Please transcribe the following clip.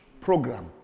program